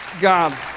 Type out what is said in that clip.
God